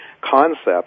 concept